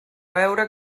veure